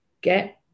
get